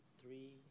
three